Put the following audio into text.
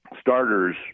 starters